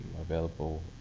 Available